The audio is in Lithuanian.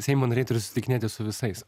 seimo nariai turi susitikinėti su visais